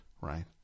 right